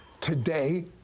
Today